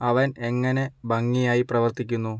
അവൻ എങ്ങനെ ഭംഗിയായി പ്രവർത്തിക്കുന്നു